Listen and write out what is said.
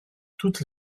toutes